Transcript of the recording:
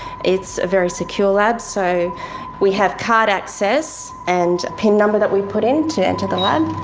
it's a very secure lab, so we have card access and a pin number that we put in to enter the lab.